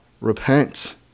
Repent